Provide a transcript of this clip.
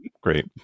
great